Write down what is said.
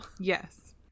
Yes